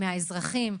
מן האזרחים,